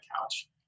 couch